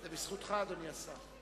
זה בזכותך, אדוני השר.